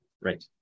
Right